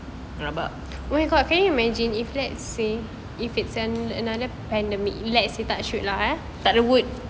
about takde wood